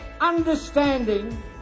understanding